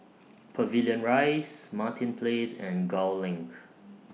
Pavilion Rise Martin Place and Gul LINK